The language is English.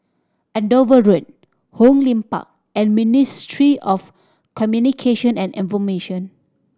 Andover Road Hong Lim Park and Ministry of Communication and Information